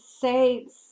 saves